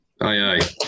aye